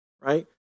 right